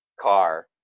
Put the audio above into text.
car